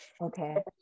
Okay